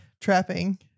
trapping